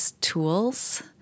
tools